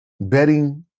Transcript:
betting